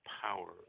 power